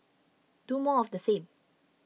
do more of the same